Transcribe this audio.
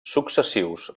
successius